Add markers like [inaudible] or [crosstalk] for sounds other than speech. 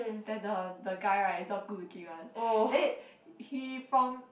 then the the guy right not good looking one [breath] then he from